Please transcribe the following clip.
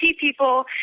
people